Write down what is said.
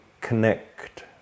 connect